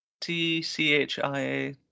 t-c-h-i-a